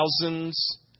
thousands